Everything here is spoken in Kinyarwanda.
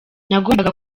nagombaga